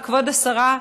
כבוד השרה,